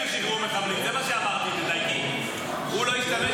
לא מתנהגים